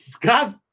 God